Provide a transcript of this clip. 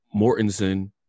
Mortensen